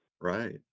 right